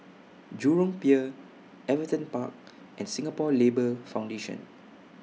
Jurong Pier Everton Park and Singapore Labour Foundation